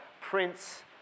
prince